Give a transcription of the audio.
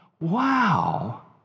wow